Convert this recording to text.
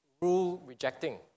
rule-rejecting